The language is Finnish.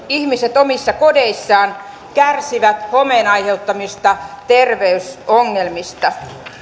ihmiset omissa kodeissaan kärsivät homeen aiheuttamista terveysongelmista